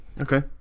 okay